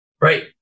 Right